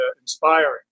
inspiring